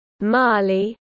Mali